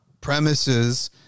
premises